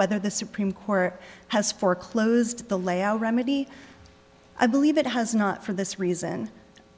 whether the supreme court has foreclosed the layout remedy i believe it has not for this reason